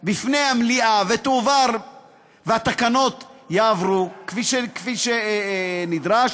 בפני המליאה והתקנות יעברו כפי שנדרש,